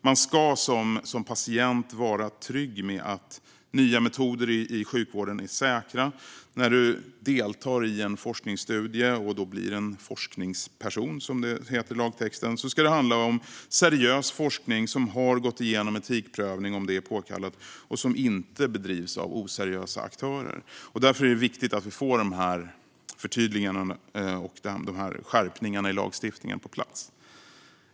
Man ska som patient kunna vara trygg med att nya metoder i sjukvården är säkra. När man deltar i en forskningsstudie och blir en forskningsperson, som det heter i lagtexten, ska det handla om seriös forskning som har gått igenom en etikprövning, om det är påkallat, och som inte bedrivs av oseriösa aktörer. Därför är det viktigt att vi får de här förtydligandena och skärpningarna i lagstiftningen på plats.